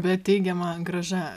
bet teigiama grąža